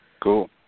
cool